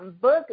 Book